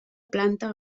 planta